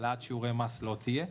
העלאת שיעורי מס לא תהיה.